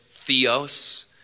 Theos